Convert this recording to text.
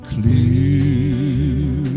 Clear